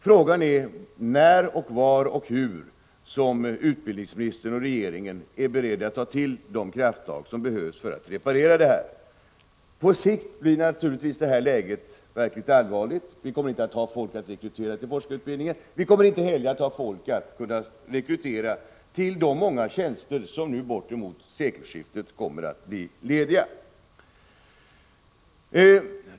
Frågan är när, var och hur utbildningsministern och regeringen är beredda att ta till de krafttag som behövs för att reparera detta. På sikt blir naturligtvis läget verkligt allvarligt. Vi kommer inte att ha folk att rekrytera till forskarutbildning. Vi kommer inte heller att ha folk att rekrytera till de många tjänster som bortemot sekelskiftet kommer att bli lediga.